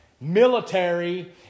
military